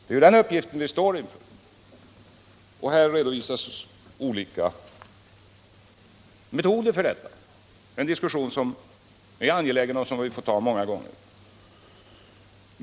Det är den uppgiften vi står inför. Här redovisas olika metoder — en diskussion som är angelägen och som vi får föra många gånger.